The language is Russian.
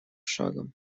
шагом